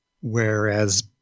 whereas